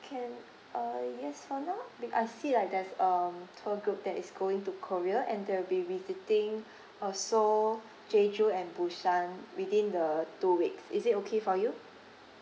can uh yes for now bec~ I see like there's um tour group that is going to korea and they'll be visiting also jeju and busan within the two weeks is it okay for you